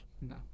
No